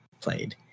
played